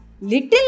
Little